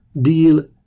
deal